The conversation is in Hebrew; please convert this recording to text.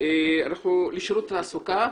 שירות התעסוקה.